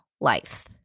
life